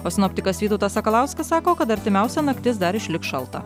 o sinoptikas vytautas sakalauskas sako kad artimiausia naktis dar išliks šalta